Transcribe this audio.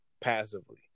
passively